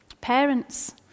Parents